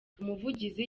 umuvugizi